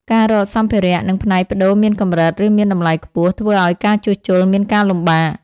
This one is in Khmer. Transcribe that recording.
ការរកសម្ភារៈ និងផ្នែកប្តូរមានកម្រិត ឬមានតម្លៃខ្ពស់ ធ្វើឲ្យការជួសជុលមានការលំបាក។